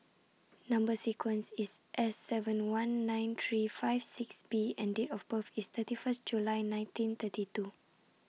Number sequence IS S seven one nine three five six B and Date of birth IS thirty First July nineteen thirty two